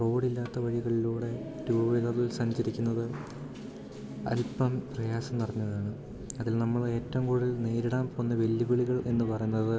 റോഡില്ലാത്ത വഴികളിലൂടെ ടു വീലറിൽ സഞ്ചരിക്കുന്നത് അൽപ്പം പ്രയാസം നിറഞ്ഞതാണ് അതിൽ നമ്മളേറ്റവും കൂടുതൽ നേരിടാൻ പോവുന്ന വെല്ലുവിളികൾ എന്നു പറഞ്ഞത്